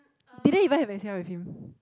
didn't even have N_C_R with him